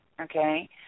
Okay